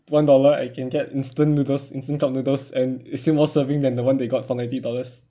one dollar I can get instant noodles instant cup noodles and it seem more serving than the one they got for ninety dollars